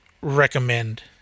recommend